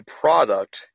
product